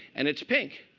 and it's pink.